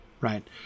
right